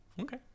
okay